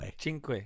Cinque